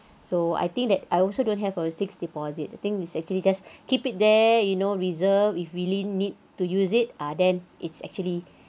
so I think that I also don't have a fixed deposit the thing is actually just keep it there you know reserve if really need to use it ah then it's actually